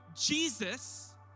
Jesus